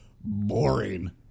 Boring